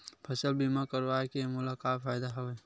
फसल बीमा करवाय के मोला का फ़ायदा हवय?